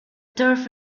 turf